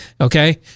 okay